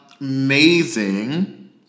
amazing